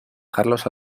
carlos